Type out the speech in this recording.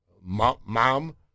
mom